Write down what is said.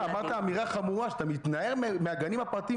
אמרת אמירה חמורה - אתה מתנער מהגנים הפרטיים,